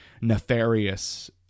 nefarious